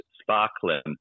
sparkling